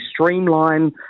streamline